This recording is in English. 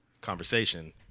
conversation